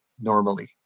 normally